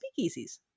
speakeasies